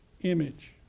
image